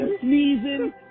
sneezing